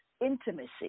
intimacy